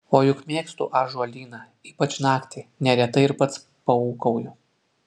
o juk mėgstu ąžuolyną ypač naktį neretai ir pats paūkauju